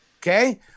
okay